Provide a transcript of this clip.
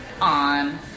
on